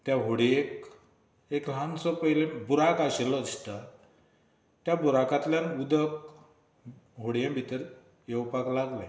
त्या व्होडयेक एक ल्हान सो पयलीं बुराक आशिल्लो दिसता त्या बुराकांतल्यान उदक व्होडये भितर येवपाक लागलें